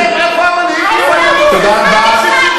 תודה רבה.